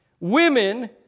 Women